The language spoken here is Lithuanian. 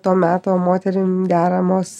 to meto moterim deramos